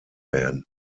werden